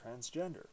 transgender